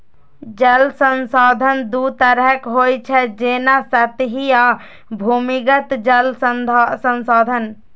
जल संसाधन दू तरहक होइ छै, जेना सतही आ भूमिगत जल संसाधन